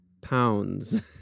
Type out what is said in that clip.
pounds